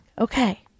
Okay